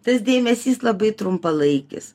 tas dėmesys labai trumpalaikis